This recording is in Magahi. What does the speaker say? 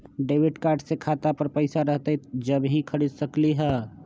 डेबिट कार्ड से खाता पर पैसा रहतई जब ही खरीद सकली ह?